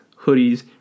hoodies